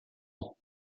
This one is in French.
ans